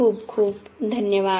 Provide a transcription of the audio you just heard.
खूप खूप धन्यवाद